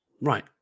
Right